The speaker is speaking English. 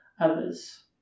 others